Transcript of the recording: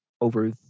over